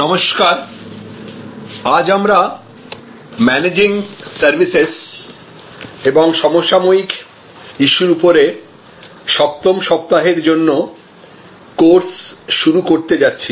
নমস্কার আজ আমরা ম্যানেজিং সার্ভিসেস এবং সমসাময়িক ইস্যুর উপরে সপ্তম সপ্তাহের জন্য কোর্স শুরু করতে যাচ্ছি